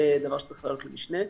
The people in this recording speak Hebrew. זה דבר שצריך לעלות למשנה,